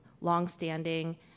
longstanding